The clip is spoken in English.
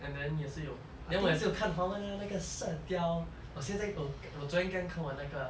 and then 也是有 then 我也是看华文的那个射雕我现在我我昨天刚看完那个